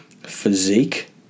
Physique